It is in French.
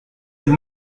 ils